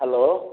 hello